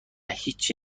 هیچی